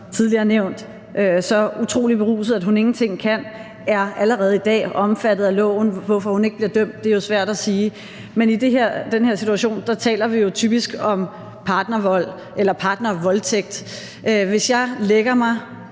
der er så utrolig beruset, at hun ingenting kan, er allerede i dag omfattet af loven. Hvorfor han ikke bliver dømt, er jo svært at sige. Men i den her situation taler vi jo typisk om partnervold eller partnervoldtægt. Hvis jeg efter et